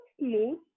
smooth